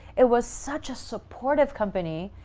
it was such a supportive company.